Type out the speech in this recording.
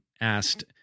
asked